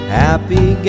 happy